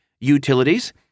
Utilities